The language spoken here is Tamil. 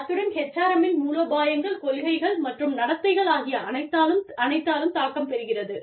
அத்துடன் HRM -இன் மூலோபாயங்கள் கொள்கைகள் மற்றும் நடத்தைகள் ஆகிய அனைத்தாலும் தாக்கம் பெறுகிறது